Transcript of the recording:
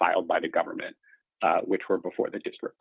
filed by the government which were before the district